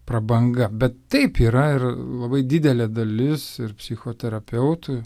prabanga bet taip yra ir labai didelė dalis ir psichoterapeutų